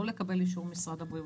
לא לקבל אישור משרד הבריאות,